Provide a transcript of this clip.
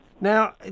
Now